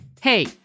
Hey